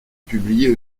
publier